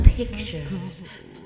Pictures